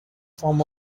form